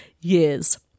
years